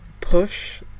push